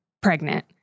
pregnant